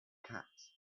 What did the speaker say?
cat